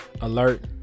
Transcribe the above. alert